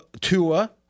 Tua